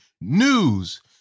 news